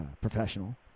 professional